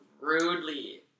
rudely